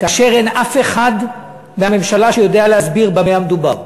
כאשר אין אף אחד מהממשלה שיודע להסביר במה מדובר.